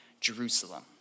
Jerusalem